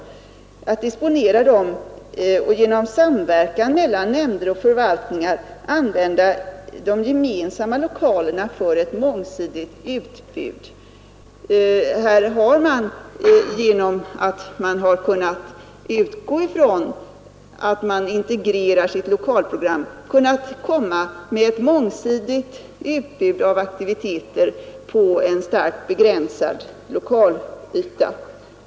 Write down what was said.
Man disponerar dem på så sätt att man genom samverkan mellan nämnder och förvaltningar använder de gemensamma lokalerna för ett mångsidigt utbud. Genom att man alltså har kunnat integrera sitt lokalprogram, har man kunnat komma med ett mångsidigt utbud av aktiviteter på en starkt begränsad lokalyta.